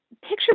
picture